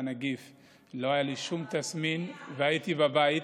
הנגיף ולא היה לי שום תסמין והייתי בבית,